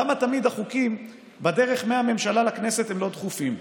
למה תמיד החוקים בדרך מהממשלה לכנסת הם לא דחופים,